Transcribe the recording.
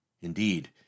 Indeed